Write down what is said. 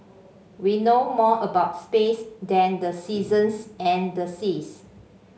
we know more about space than the seasons and the seas